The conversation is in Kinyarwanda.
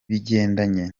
bigendanye